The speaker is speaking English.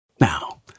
now